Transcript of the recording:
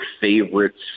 favorites